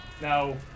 Now